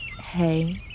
hey